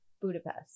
Budapest